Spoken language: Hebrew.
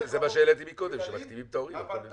זה מה שהעליתי מקודם שמחתימים את ההורים על כל מיני מסמכים.